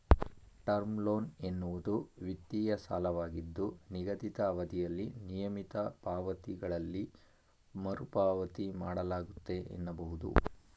term loan ಎನ್ನುವುದು ವಿತ್ತೀಯ ಸಾಲವಾಗಿದ್ದು ನಿಗದಿತ ಅವಧಿಯಲ್ಲಿ ನಿಯಮಿತ ಪಾವತಿಗಳಲ್ಲಿ ಮರುಪಾವತಿ ಮಾಡಲಾಗುತ್ತೆ ಎನ್ನಬಹುದು